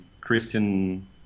Christian